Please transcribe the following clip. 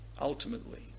ultimately